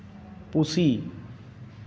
ᱯᱩᱥᱤ